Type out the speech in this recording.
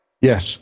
Yes